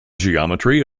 geometry